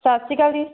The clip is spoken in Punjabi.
ਸਤਿ ਸ਼੍ਰੀ ਅਕਾਲ ਜੀ